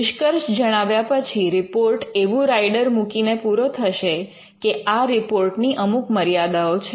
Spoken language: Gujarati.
નિષ્કર્ષ જણાવ્યા પછી રિપોર્ટ એવું રાઇડર મૂકીને પૂરો થશે કે આ રિપોર્ટની અમુક મર્યાદાઓ છે